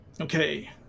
Okay